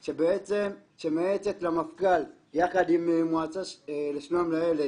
שמייעצת למפכ"ל יחד עם המועצה לשלום הילד.